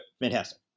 Fantastic